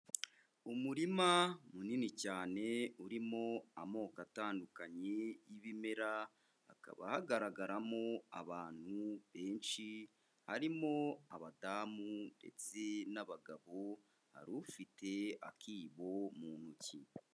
Umurima munini cyane urimo amoko atandukanye y'ibimera, hakaba hagaragaramo abantu benshi, harimo abadamu ndetse n'abagabo hari ufite akibo mu ntoki.